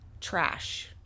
Trash